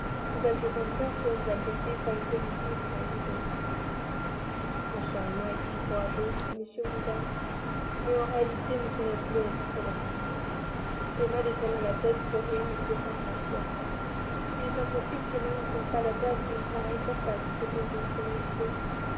nous avions conscience que nous allions vivre à une demi-lieue les uns des autres ma chère emma est si courageuse dit m woodhouse mais en réalité m knightley elle est très affectée emma détourna la tête souriant et pleurant à la fois il est impossible qu'emma ne sente pas la perte d'une pareille compagne répondit